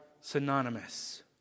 synonymous